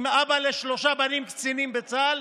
ואני אבא לשלושה בנים, קצינים בצה"ל.